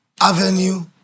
avenue